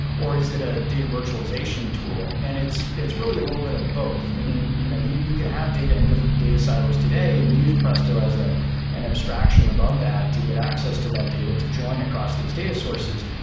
or is it a data virtualization tool? and it's it's really a little bit of both. meaning, you know you you can have data in different data silos today and use presto as ah an abstraction above that to get access to that data to join across those data sources,